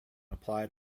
applied